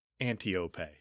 Antiope